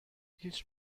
هیچ